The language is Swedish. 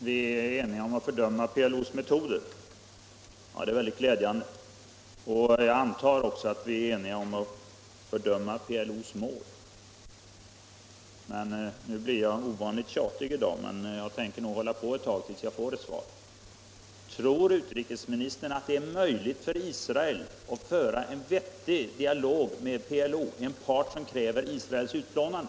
Herr talman! Vi är eniga om att fördöma PLO:s metoder, sade statsrådet. Ja, det är mycket glädjande. Jag antar att vi också är eniga om att fördöma PLO:s mål. Nu blir jag ovanligt tjatig i dag, men jag tänker hålla på till dess jag får ett svar: Tror utrikesministern att det är möjligt för Israel att föra en vettig dialog med PLO, alltså med en part som kräver Israels utplånande?